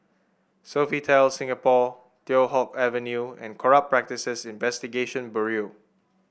Sofitel Singapore Teow Hock Avenue and Corrupt Practices Investigation Bureau